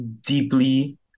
deeply